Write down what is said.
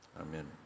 Amen